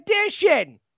edition